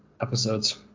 episodes